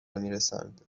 میرسند